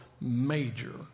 major